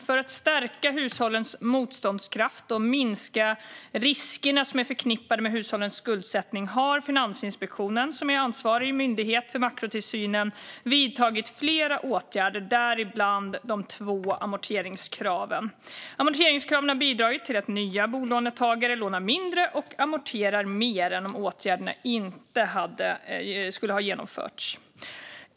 För att stärka hushållens motståndskraft och minska de risker som är förknippade med hushållens skuldsättning har Finansinspektionen, som är ansvarig myndighet för makrotillsynen, vidtagit flera åtgärder, däribland de två amorteringskraven. Amorteringskraven har bidragit till att nya bolånetagare lånar mindre och amorterar mer än om åtgärderna inte hade genomförts.